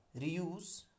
reuse